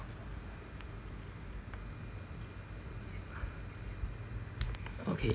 okay